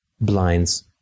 blinds